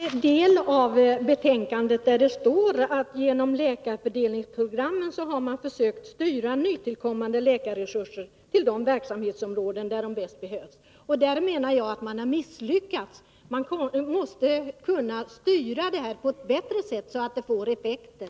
Fru talman! Jag har tagit del av betänkandet, där det står att man genom läkarfördelningsprogrammet har försökt styra nytillkommande läkarresurser till de verksamhetsområden där de bäst behövs. Här menar jag att man har misslyckats. Man måste kunna styra fördelningen av läkare på ett bättre sätt för att få den önskade effekten.